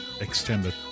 extended